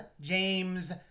James